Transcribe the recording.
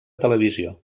televisió